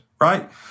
right